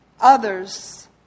others